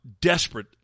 desperate